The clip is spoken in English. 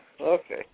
Okay